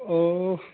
अह अह